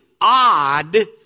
odd